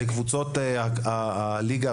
לקבוצות הליגה,